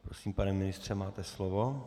Prosím, pane ministře, máte slovo.